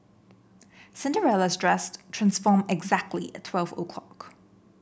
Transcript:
Cinderella's dressed transformed exactly at twelve o'clock